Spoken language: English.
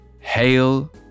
Hail